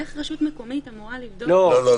איך רשות מקומית אמורה לבדוק --- לא,